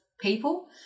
people